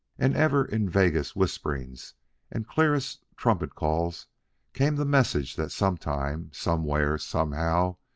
and ever in vaguest whisperings and clearest trumpet-calls came the message that sometime, somewhere, somehow,